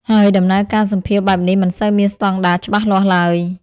ហើយដំណើរការសម្ភាសន៍បែបនេះមិនសូវមានស្តង់ដារច្បាស់លាស់ឡើយ។